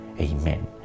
amen